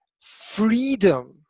freedom